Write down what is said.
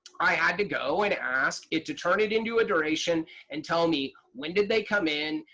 i had to go and ask it to turn it into a duration and tell me when did they come in,